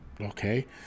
Okay